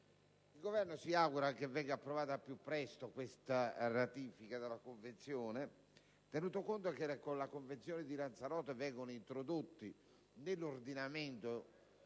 il Governo si augura che venga approvata al più presto la ratifica della Convenzione, tenuto conto che con la Convenzione di Lanzarote vengono introdotti nell'ordinamento